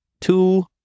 two